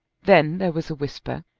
then there was a whisper,